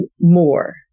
more